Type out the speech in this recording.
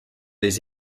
des